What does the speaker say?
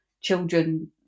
children